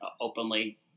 openly